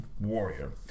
Warrior